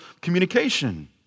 communication